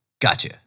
gotcha